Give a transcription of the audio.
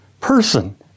person